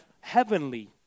heavenly